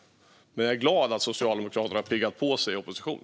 Men jag är glad att Socialdemokraterna har piggat på sig i opposition.